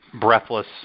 breathless